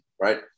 right